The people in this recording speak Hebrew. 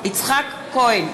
יצחק כהן,